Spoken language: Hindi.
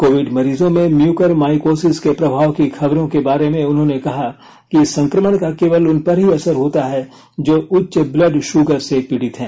कोविड मरीजों में म्यूकर माइकोसिस के प्रभाव की खबरों के बारे में उन्होंने कहा कि इस संक्रमण का केवल उन पर ही असर होता है जो उच्च ब्लड शूगर से पीड़ित हैं